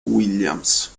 williams